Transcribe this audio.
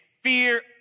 fear